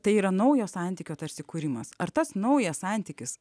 tai yra naujo santykio tarsi kūrimas ar tas naujas santykis